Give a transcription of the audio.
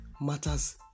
matters